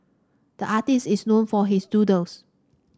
the artist is known for his doodles